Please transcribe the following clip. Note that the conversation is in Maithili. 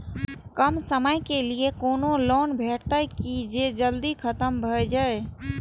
कम समय के लीये कोनो लोन भेटतै की जे जल्दी खत्म भे जे?